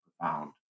profound